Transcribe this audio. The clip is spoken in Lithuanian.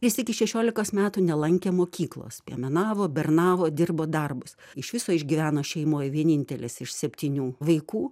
jis iki šešiolikos metų nelankė mokyklos piemenavo bernavo dirbo darbus iš viso išgyveno šeimoj vienintelis iš septynių vaikų